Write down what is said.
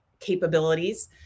Capabilities